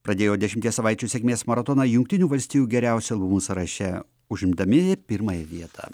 pradėjo dešimties savaičių sėkmės maratoną jungtinių valstijų geriausia laivų sąraše užimdami pirmąją vietą